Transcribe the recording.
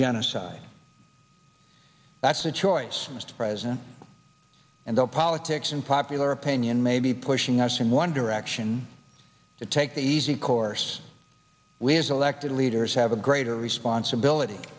genocide that's a choice mr president and all politics and popular opinion may be pushing us in one direction to take the easy course we as elected leaders have a greater responsibility